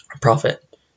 profit